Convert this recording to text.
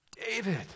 David